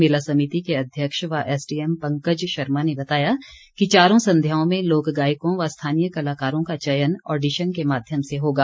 मेला समिति के अध्यक्ष व एसडीएम पंकज शर्मा ने बताया कि चारों संध्याओं में लोक गायकों व स्थानीय कलाकारों का चयन ऑडीशन के माध्यम से होगा